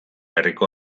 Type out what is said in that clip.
herriko